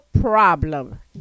problem